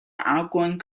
outgoing